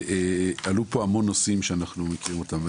עלו פה המון נושאים שאנחנו מכירים אותם.